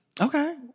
Okay